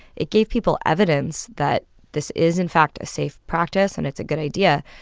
it gave people evidence that this is, in fact, a safe practice, and it's a good idea.